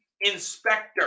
inspector